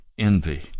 envy